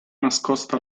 nascosta